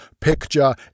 picture